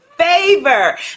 favor